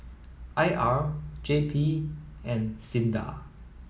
I R J P and SINDA